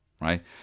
right